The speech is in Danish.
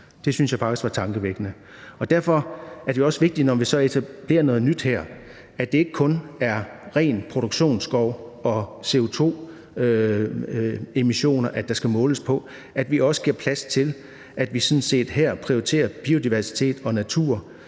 Det synes jeg faktisk er tankevækkende. Og derfor er det jo også vigtigt, når vi så her etablerer noget nyt, at det ikke kun er ren produktionsskov og CO2-emissioner, der skal måles på, men at vi også giver plads til, at vi sådan set her prioriterer biodiversitet og natur